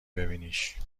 ببینیش